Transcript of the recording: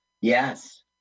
Yes